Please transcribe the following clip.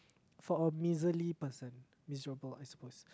for a miserly person miserable I suppose